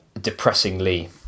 depressingly